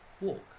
walk